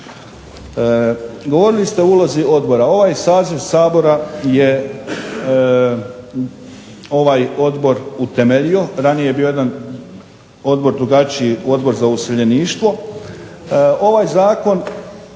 govorili ste o ulozi odbora. Ovaj saziv Sabora je ovaj odbor utemeljio, ranije je bio jedan odbor drugačiji Odbor za useljeništvo. Ovaj zakon